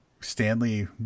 Stanley